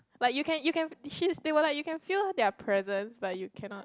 like you can you can you can like feel their presence but you cannot